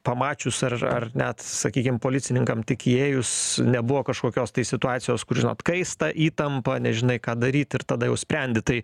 pamačius ar ar net sakykim policininkam tik įėjus nebuvo kažkokios tai situacijos kur žinot kaista įtampa nežinai ką daryt ir tada jau sprendi tai